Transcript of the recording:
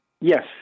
Yes